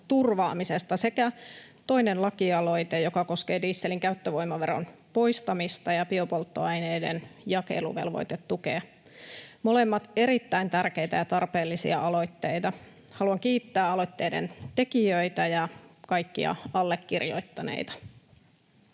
sekä toinen lakialoite, joka koskee dieselin käyttövoimaveron poistamista ja biopolttoaineiden jakeluvelvoitetukea — molemmat erittäin tärkeitä ja tarpeellisia aloitteita. Haluan kiittää aloitteiden tekijöitä ja kaikkia allekirjoittaneita.